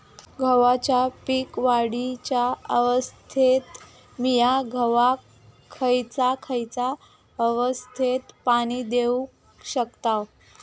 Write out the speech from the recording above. गव्हाच्या पीक वाढीच्या अवस्थेत मिया गव्हाक खैयचा खैयचा अवस्थेत पाणी देउक शकताव?